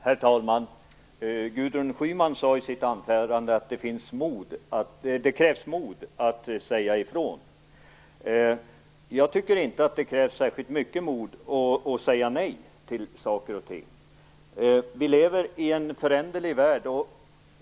Herr talman! Gudrun Schyman sade i sitt anförande att det krävs mod för att säga ifrån. Jag tycker inte att det krävs särskilt mycket mod för att säga nej till saker och ting. Vi lever i en föränderlig värld.